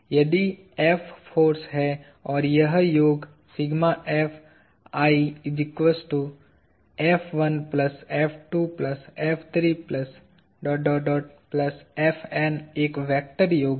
यदि N force हैं और यह योग एक वेक्टर योग है